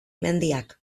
mendiak